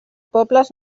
pobles